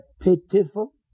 pitiful